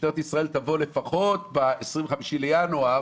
שמשטרת ישראל תבוא לפחות ב-25 בינואר